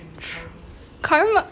karma